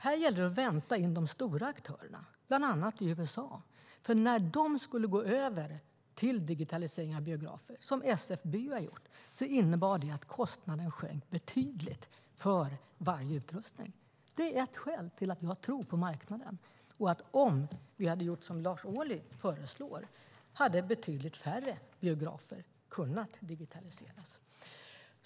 Här gällde det att vänta in de stora aktörerna, bland annat i USA. När till exempel SF Bio gick över till digitalisering innebar det att kostnaden för utrustningen sjönk betydligt. Det är ett av skälen till att jag tror på marknaden. Hade vi gjort som Lars Ohly föreslår skulle betydligt färre biografer ha kunnat digitaliseras.